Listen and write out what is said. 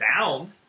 down